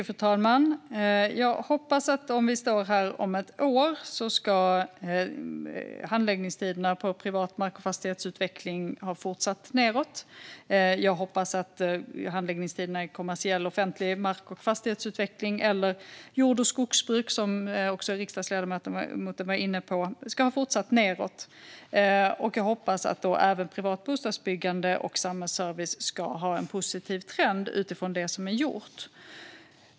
Fru talman! Jag hoppas att om vi står här om ett år ska handläggningstiderna för privat mark och fastighetsutveckling ha fortsatt nedåt. Jag hoppas att handläggningstiderna för kommersiell och offentlig mark och fastighetsutveckling och jord och skogsbruk, som riksdagsledamoten också var inne på, ska ha fortsatt nedåt. Och jag hoppas att även privat bostadsbyggande och samhällsservice ska ha en positiv trend utifrån det som är gjort.